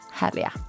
härliga